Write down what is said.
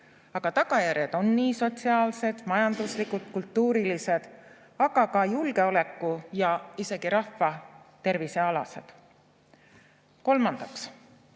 Tagajärjed on sotsiaalsed, majanduslikud, kultuurilised, aga ka julgeoleku‑ ja isegi rahvatervisealased. Kolmandaks,